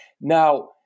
Now